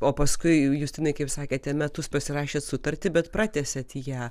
o paskui justinai kaip sakėte metus pasirašėt sutartį bet pratęsėt ją